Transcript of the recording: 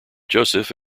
joseph